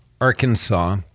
Arkansas